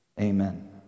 Amen